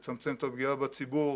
לצמצם את הפגיעה בציבור,